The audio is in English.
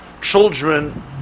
Children